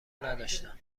نداشتم